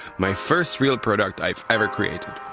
my first real product i've ever created.